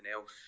else